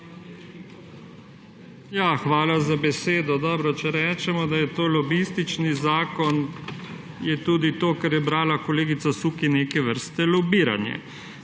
Hvala za besedo. Dobro, če rečemo, da je to lobistični zakon, je tudi to, kar je brala kolegica Sukič, neke vrste lobiranje.